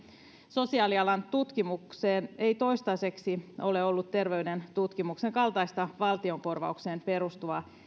sosiaalialan tutkimukseen ei toistaiseksi ole ollut terveyden tutkimuksen kaltaista valtionkorvaukseen perustuvaa